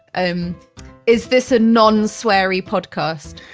um is this a non-sweary podcast?